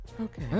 Okay